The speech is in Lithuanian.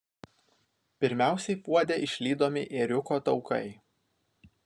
pirmiausiai puode išlydomi ėriuko taukai